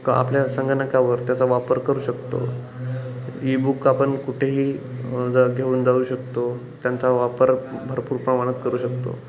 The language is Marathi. का आपल्या संगणकावर त्याचा वापर करू शकतो ईबुक आपण कुठेही जर घेऊन जाऊ शकतो त्यांचा वापर भरपूर प्रमाणात करू शकतो